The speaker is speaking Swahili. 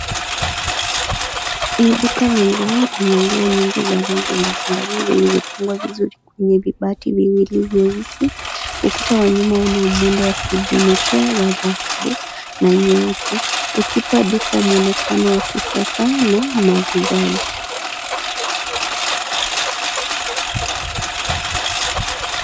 Ni duka la nguo lenye nguo nyingi za rangi mbalimbali zilizopangwa vizuri kwenye vibati vilivyo vyeusi. Ukuta wa nyuma una muundo wa kijiometria wa dhahabu na nyeupe ukipa duka mwonekano wa kisasa na maridadi.